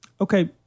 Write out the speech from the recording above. okay